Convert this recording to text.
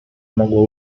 mogło